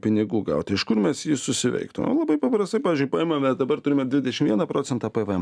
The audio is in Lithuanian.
pinigų gauti iš kur mes jį susiveiktume labai paprastai pavyzdžiui paimame dabar turime dvidešim vieną procentą pvm